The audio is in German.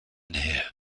nähe